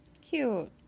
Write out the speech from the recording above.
Cute